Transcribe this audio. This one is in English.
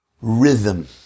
rhythm